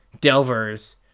Delvers